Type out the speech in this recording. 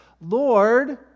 Lord